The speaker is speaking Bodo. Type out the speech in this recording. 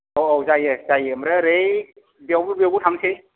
औ औ जायो जायो ओमफ्राय ओरै बेयावबो बेयावबो थांसै